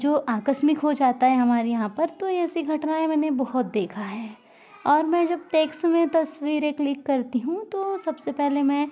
जो आकस्मिक हो जाता है हमारे यहाँ पर तो एसी घटनाएँ मैंने बहुत देखा है और मैं जब टेक्स में तस्वीरें क्लिक करती हूँ तो सबसे पहले मैं